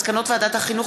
מסקנות ועדת החינוך,